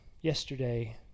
yesterday